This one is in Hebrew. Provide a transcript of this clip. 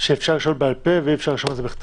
שאפשר לשאול בעל-פה ואי אפשר לשאול את זה בכתב.